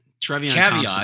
caveat